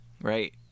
Right